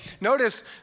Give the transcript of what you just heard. Notice